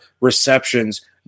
receptions